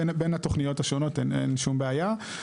בין התוכניות השונות, אין שום בעיה.